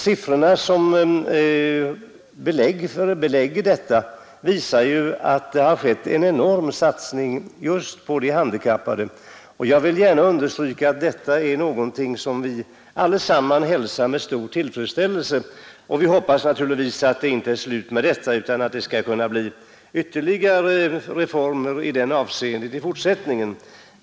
Siffrorna som ger belägg för utvecklingen i det fallet visar att det har satsats enormt på de handikappade, och det är något som vi alla hälsar med stor tillfredsställelse. Vi hoppas också att det inte är slut med vad som nu gjorts, utan att det skall kunna bli ytterligare reformer i fortsättningen.